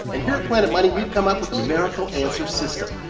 and here at planet money, we've come up with a miracle answer system.